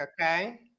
okay